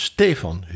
Stefan